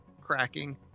cracking